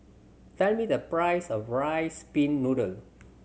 tell me the price of Rice Pin Noodles